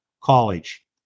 college